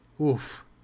oof